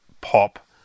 pop